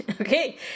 okay